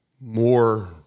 more